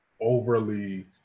overly